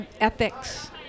ethics